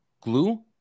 glue